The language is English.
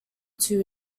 two